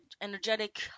energetic